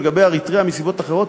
ולגבי אריתריאה מסיבות אחרות,